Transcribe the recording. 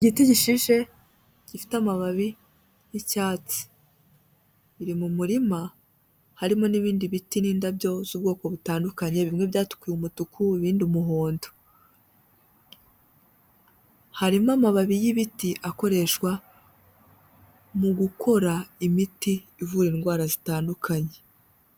Igiti gishishe gifite amababi y'icyatsi. Biri mu murima harimo n'ibindi biti n'indabyo z'ubwoko butandukanye, bimwe byatukuye umutuku ibindi umuhondo. Harimo amababi y'ibiti akoreshwa mu gukora imiti ivura indwara zitandukanye.